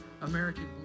American